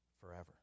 forever